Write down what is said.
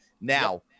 Now